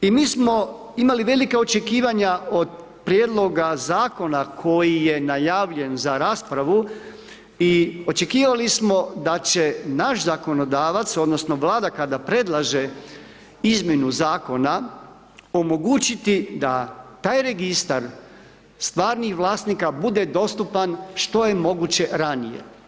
I mi smo imali velika očekivanja od prijedloga zakona koji je najavljen za raspravu i očekivali smo da će naš zakonodavac, odnosno, vlada kad predlaže izmjenu zakona, omogućiti da taj registar stvarnih vlasnika bude dostupan što je moguće ranije.